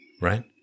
Right